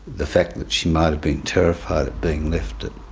the fact that she might have been terrified of being left